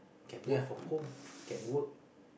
you can work from home can work